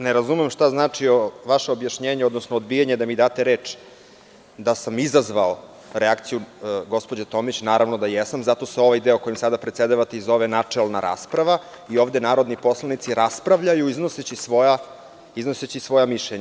Ne razumem šta znači vaše objašnjenje, odnosno odbijanje da mi date reč da sam izazvao reakciju gospođe Tomić i zato ovaj deo kojim sada predsedavate se zove načelna rasprava i ovde narodni poslanici raspravljaju, iznoseći svoja mišljenja.